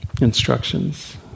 instructions